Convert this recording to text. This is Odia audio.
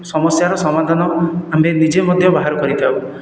ସମସ୍ୟାର ସମାଧାନ ଆମେ ନିଜେ ମଧ୍ୟ ବାହାର କରିଥାଉ